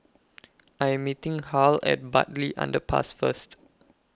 I Am meeting Harl At Bartley Underpass First